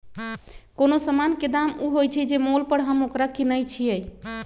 कोनो समान के दाम ऊ होइ छइ जे मोल पर हम ओकरा किनइ छियइ